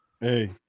Hey